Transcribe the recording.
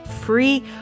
free